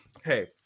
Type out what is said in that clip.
hey